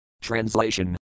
Translation